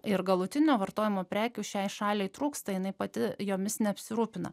ir galutinio vartojimo prekių šiai šaliai trūksta jinai pati jomis neapsirūpina